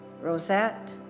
Rosette